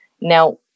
Now